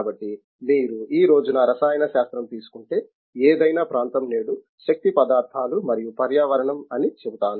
కాబట్టి మీరు ఈ రోజున రసాయన శాస్త్రం తీసుకుంటే ఏదైనా ప్రాంతం నేను శక్తి పదార్థాలు మరియు పర్యావరణం అని చెబుతాను